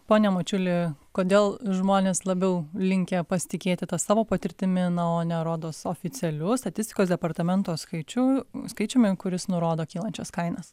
pone mačiuli kodėl žmonės labiau linkę pasitikėti ta savo patirtimi na o ne rodos oficialiu statistikos departamento skaičiu skaičiumi kuris nurodo kylančias kainas